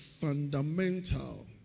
fundamental